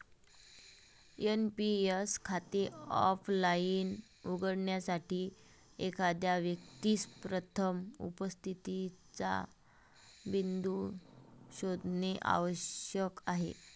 NPS खाते offline उघडण्यासाठी, एखाद्या व्यक्तीस प्रथम उपस्थितीचा बिंदू शोधणे आवश्यक आहे